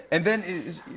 and then,